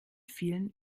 vielen